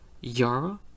Yara